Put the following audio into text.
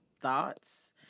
thoughts